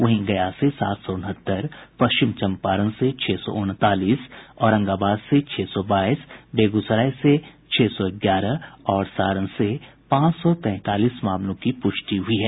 वहीं गया से सात सौ उनहत्तर पश्चिम चंपारण से छह सौ उनतालीस औरंगाबाद से छह सौ बाईस बेगूसराय से छह सौ ग्यारह और सारण से पांच सौ तैंतालीस मामलों की पुष्टि हुई है